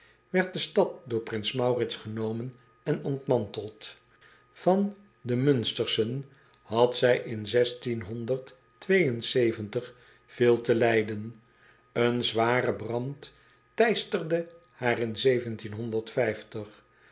werd de stad door prins aurits genomen en ontmanteld an de unsterschen had zij in veel te lijden ene zware brand teisterde haar in